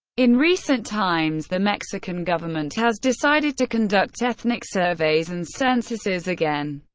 in recent times the mexican government has decided to conduct ethnic surveys and censuses again,